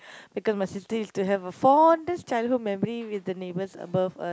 because my sister used to have a fondest childhood memory with the neighbours above us